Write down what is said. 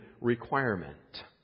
requirement